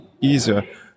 easier